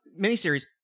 miniseries